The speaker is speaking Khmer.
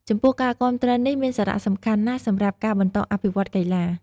ចំពោះការគាំទ្រនេះមានសារៈសំខាន់ណាស់សម្រាប់ការបន្តអភិវឌ្ឍកីឡា។